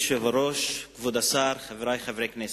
אדוני היושב-ראש, כבוד השר, חברי חברי הכנסת,